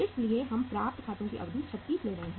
इसलिए हम प्राप्त खातों की अवधि 36 ले रहे हैं